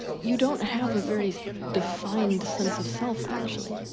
you don't have a very defined sense of self actually.